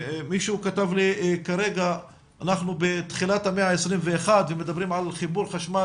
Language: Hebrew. מישהו עכשיו כתב לי אנחנו בתחילת המאה ה- 21 ומדברים על חיבור חשמל